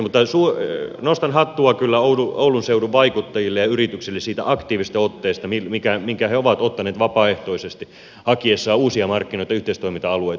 mutta nostan hattua kyllä oulun seudun vaikuttajille ja yrityksille siitä aktiivisesta otteesta minkä he ovat ottaneet vapaaehtoisesti hakiessaan uusia markkinoita ja yhteistoiminta alueita